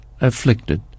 afflicted